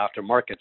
aftermarket